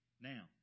Now